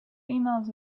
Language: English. emails